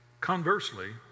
Conversely